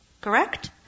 Correct